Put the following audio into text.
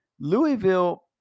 Louisville